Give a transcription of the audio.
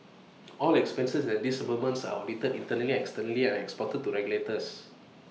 all expenses and disbursements are audited internally and externally and reported to the regulators